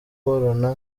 n’abandi